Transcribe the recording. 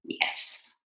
Yes